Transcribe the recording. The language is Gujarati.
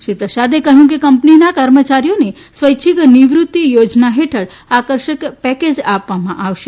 શ્રી પ્રસાદે કહ્યું કે કંપનીના કર્મચારીઓને સ્વૈચ્છિક નિવૃત્તિ થો ના હેઠળ આકર્ષક પેકે આપવામાં આવશે